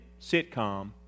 sitcom